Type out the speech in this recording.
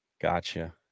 Gotcha